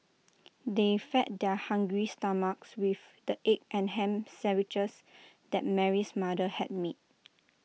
they fed their hungry stomachs with the egg and Ham Sandwiches that Mary's mother had made